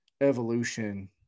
Evolution